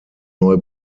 neu